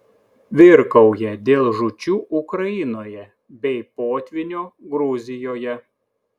virkauja dėl žūčių ukrainoje bei potvynio gruzijoje